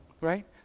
right